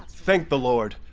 thank the lord.